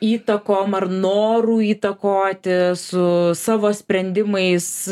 įtakom ar noru įtakoti su savo sprendimais